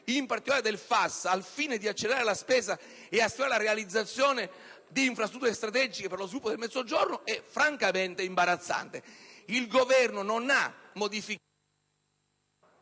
sottoutilizzate), al fine di accelerare la spesa e di assicurare la realizzazione di infrastrutture strategiche per lo sviluppo del Mezzogiorno» è francamente imbarazzante. Il Governo non ha modificato